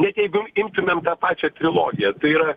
net jeigu imtumėm pačią trilogiją tai yra